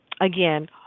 again